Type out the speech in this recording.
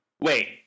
Wait